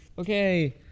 okay